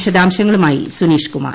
വിശദാംശങ്ങളുമായി സുനീഷ് കുമാർ